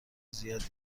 زیادی